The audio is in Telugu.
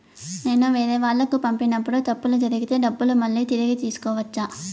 నేను వేరేవాళ్లకు పంపినప్పుడు తప్పులు జరిగితే డబ్బులు మళ్ళీ తిరిగి తీసుకోవచ్చా?